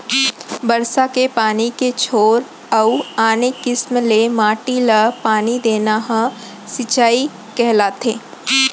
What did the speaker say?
बरसा के पानी के छोर अउ आने किसम ले माटी ल पानी देना ह सिंचई कहलाथे